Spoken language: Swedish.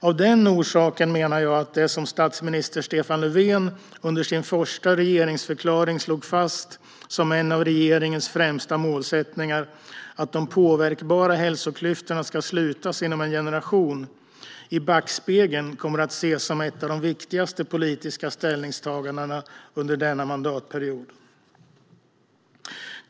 Av den orsaken menar jag att det som statsminister Stefan Löfven under sin första regeringsförklaring slog fast som en av regeringens främsta målsättningar, att de påverkbara hälsoklyftorna ska slutas inom en generation, i backspegeln kommer att ses som ett av de viktigaste politiska ställningstagandena under denna mandatperiod.